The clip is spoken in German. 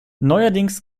neuerdings